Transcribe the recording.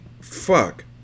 Fuck